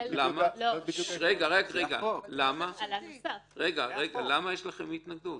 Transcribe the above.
למה יש לכם התנגדות?